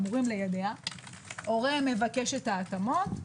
אמורים ליידע; הורה מבקש את ההתאמות,